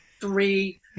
Three